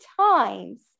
times